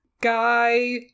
guy